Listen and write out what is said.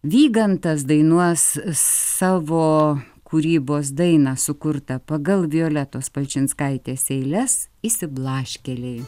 vygantas dainuos savo kūrybos dainą sukurtą pagal violetos palčinskaitės eiles išsiblaškėliai